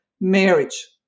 marriage